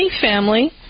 family